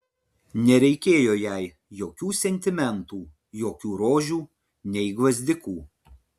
nereikėjo jai jokių sentimentų jokių rožių nei gvazdikų